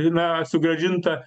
na sugrąžinta